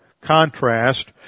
contrast